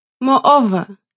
Moreover